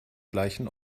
gleichen